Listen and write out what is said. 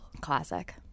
classic